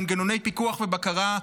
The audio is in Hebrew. מנגנוני פיקוח ובקרה,